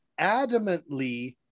adamantly